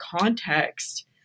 context